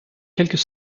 quelques